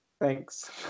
thanks